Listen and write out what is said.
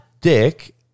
dick